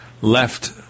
left